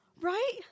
right